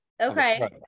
Okay